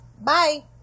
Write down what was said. Bye